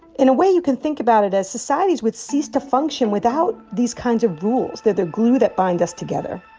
in a way, you can think about it as societies would cease to function without these kinds of rules. they're the glue that bind us together